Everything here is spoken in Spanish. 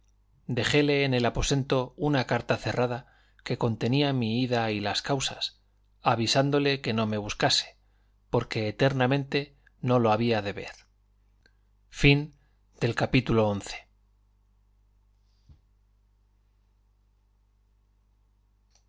corte dejéle en el aposento una carta cerrada que contenía mi ida y las causas avisándole que no me buscase porque eternamente no lo había de ver libro segundo capítulo